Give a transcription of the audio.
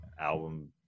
album